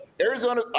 Arizona